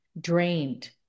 drained